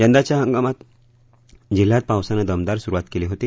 यंदाच्या हंगामात जिल्ह्यात पावसानं दमदार सुरूवात केली होती